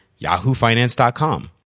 yahoofinance.com